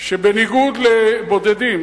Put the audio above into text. שבניגוד לבודדים,